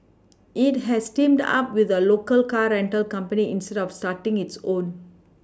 it has teamed up with a local car rental company instead of starting its own